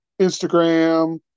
Instagram